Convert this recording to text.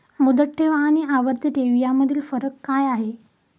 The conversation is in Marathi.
मुदत ठेव आणि आवर्ती ठेव यामधील फरक काय आहे?